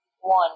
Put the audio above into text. one